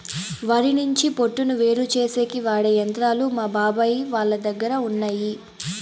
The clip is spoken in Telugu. వరి నుంచి పొట్టును వేరుచేసేకి వాడె యంత్రాలు మా బాబాయ్ వాళ్ళ దగ్గర ఉన్నయ్యి